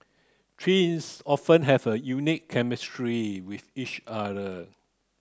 twins often have a unique chemistry with each other